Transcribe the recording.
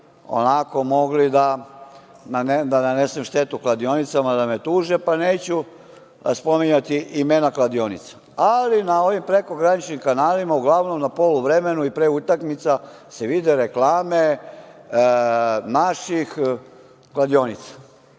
da bi mogli da nanesem štetu kladionicama, da me tuže, pa neću spominjati imena kladionica, ali na onim prekograničnim kanalima uglavnom na poluvremenu i pre utakmica se vide reklame naših kladionica,